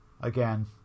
Again